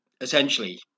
essentially